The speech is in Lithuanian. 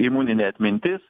imuninė atmintis